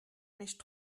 nicht